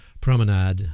Promenade